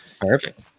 perfect